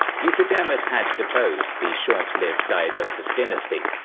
euthydemus had deposed the short-lived diotodus dynasty,